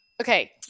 Okay